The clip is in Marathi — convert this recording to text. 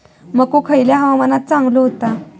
मको खयल्या हवामानात चांगलो होता?